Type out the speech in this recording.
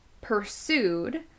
pursued